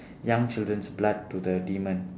young children's blood to the demon